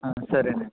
సరే అండి